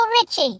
Richie